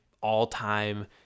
all-time